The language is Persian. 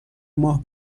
ماه